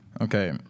Okay